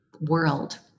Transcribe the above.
world